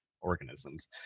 organisms